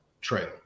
trail